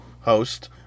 host